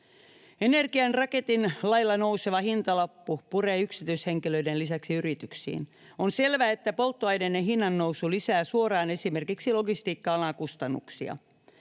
Energian raketin lailla nouseva hintalappu puree yksityishenkilöiden lisäksi yrityksiin. On selvää, että polttoaineiden hinnannousu lisää suoraan esimerkiksi logistiikka-alan kustannuksia.